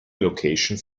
location